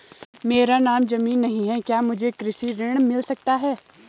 मेरे नाम ज़मीन नहीं है क्या मुझे कृषि ऋण मिल सकता है?